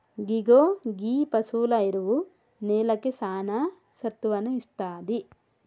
ఇగో గీ పసువుల ఎరువు నేలకి సానా సత్తువను ఇస్తాది